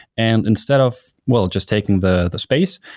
and instead of, well, just taking the the space,